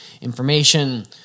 information